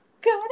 Good